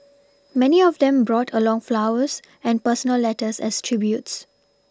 many of them brought along flowers and personal letters as tributes